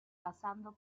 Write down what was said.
pasando